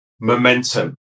momentum